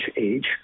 age